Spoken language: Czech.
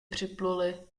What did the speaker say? připluli